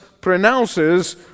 pronounces